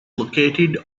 located